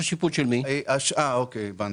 השטח הוא גלילי.